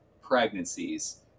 pregnancies